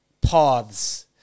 paths